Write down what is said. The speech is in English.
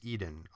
Eden